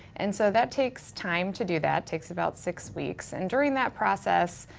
and so that takes time to do that. takes about six weeks. and during that process,